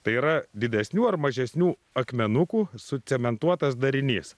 tai yra didesnių ar mažesnių akmenukų sucementuotas darinys